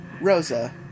Rosa